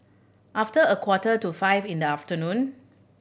after a quarter to five in the afternoon